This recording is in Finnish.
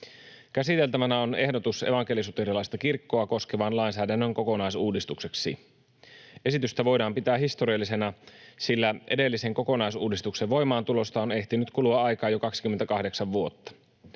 Käsiteltävänä on ehdotus evankelis-luterilaista kirkkoa koskevan lainsäädännön kokonaisuudistukseksi. Esitystä voidaan pitää historiallisena, sillä edellisen kokonaisuudistuksen voimaantulosta on ehtinyt kulua aikaa jo 28 vuotta.